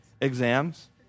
exams